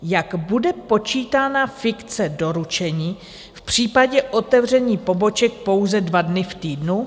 Jak bude počítána fikce doručení v případě otevření poboček pouze dva dny v týdnu?